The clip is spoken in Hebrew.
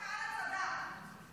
תומך טרור.